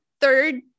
third